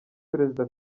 perezida